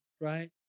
right